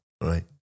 right